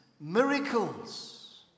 Miracles